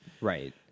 Right